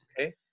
Okay